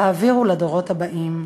והעבירו לדורות הבאים.